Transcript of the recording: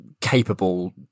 capable